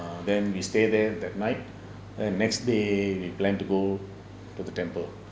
err then we stay there that night and next day we plan to go to the temple